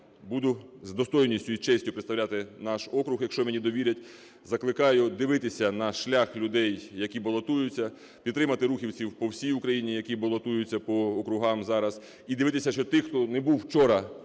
буду з достойністю і честю представляти наш округ, якщо мені довірять. Закликаю дивитися на шлях людей, які балотуються. Підтримати рухівців по всіх Україні, які балотуються по округам зараз. І дивитися ще тих, хто не був вчора